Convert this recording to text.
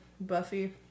Buffy